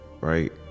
right